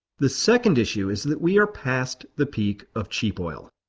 the second issue is that we are past the peak of cheap oil.